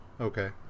okay